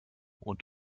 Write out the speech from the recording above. und